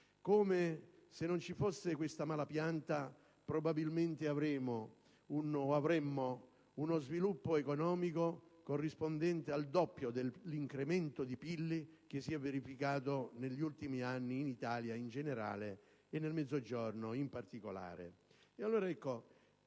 che se non ci fosse questa malapianta probabilmente avremmo uno sviluppo economico corrispondente al doppio dell'incremento di PIL che si è verificato negli ultimi anni in Italia, in generale, e nel Mezzogiorno, in particolare.